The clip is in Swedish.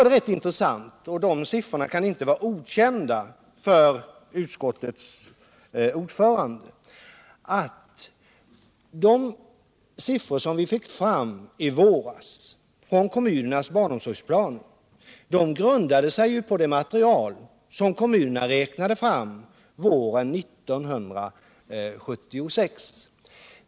Det är dock intressant att notera förändringarna i siffermaterialet. De siffror som vi i våras fick från kommunernas barnomsorgsplaner grundade sig på det material som kommunerna räknade fram våren 1976.